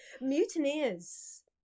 Mutineers